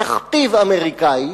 תכתיב אמריקני,